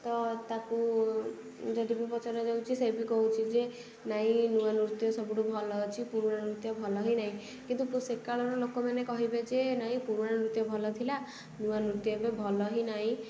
ତ ତାକୁ ଯଦି ବି ପଚରା ଯାଉଛି ସେ ବି କହୁଛି ଯେ ନାଇଁ ନୂଆ ନୃତ୍ୟ ସବୁଠୁ ଭଲ ଅଛି ପୁରୁଣା ନୃତ୍ୟ ଭଲ ହିଁ ନାଇଁ କିନ୍ତୁ ପୁ ସେକାଳର ଲୋକମାନେ କହିବେ ଯେ ନାଇଁ ପୁରୁଣା ନୃତ୍ୟ ଭଲ ଥିଲା ନୂଆ ନୃତ୍ୟ ଏବେ ଭଲ ହିଁ ନାହିଁ